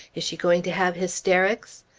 is she going to have hysterics?